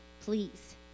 please